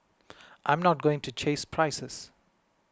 I'm not going to chase prices